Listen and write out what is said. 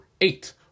eight